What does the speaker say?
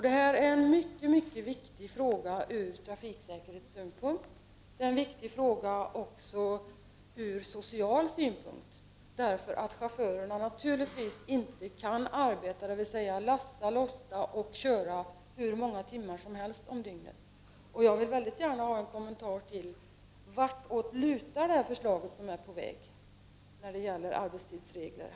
Det är en mycket viktig fråga från trafiksäkerhetssynpunkt, men också från social synpunkt, eftersom chaufförerna naturligtvis inte kan arbeta, dvs. lasta, lossa och köra, hur många timmar som helst om dygnet. Jag vill gärna ha en kommentar till frågan om åt vilket håll förslaget som är på väg lutar när det gäller arbetstidsregler.